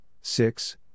six